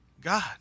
God